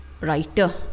writer